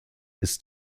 ist